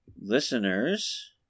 listeners